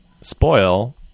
spoil